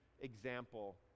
example